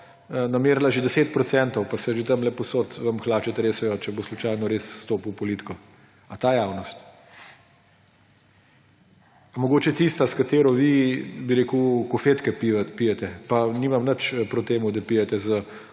namerila že 10 % pa se že tam povsod vam hlače tresejo, če bo slučajno stopil v politiko? Ali ta javnost? Ali mogoče tista, s katero vi kofetke pijete, pa nimam nič proti temu, da pijete s